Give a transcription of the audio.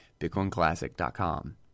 BitcoinClassic.com